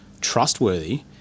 trustworthy